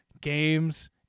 games